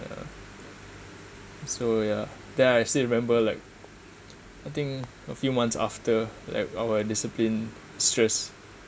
uh so yeah then I still remember like I think a few months after like our discipline mistress